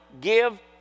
give